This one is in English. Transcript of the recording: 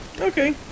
Okay